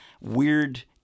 weird